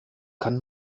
kann